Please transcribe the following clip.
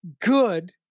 good